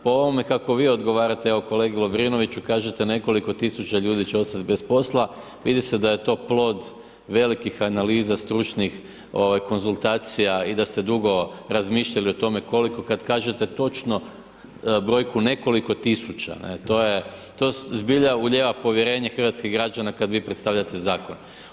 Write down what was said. Po ovome kako vi odgovarate, evo kolegi Lovrinoviću kažete nekoliko tisuća ljudi će ostati bez posla, vidi se da je to plod velikih analiza, stručnih konzultacija i da ste dugo razmišljali o tome koliko, kad kažete točno brojku nekoliko tisuća, ne, to je, to zbilja ulijeva povjerenje hrvatskih građana kad vi predstavljate Zakon.